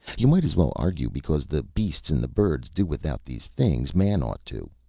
you might as well argue because the beasts and the birds do without these things man ought to.